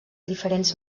diferents